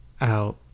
out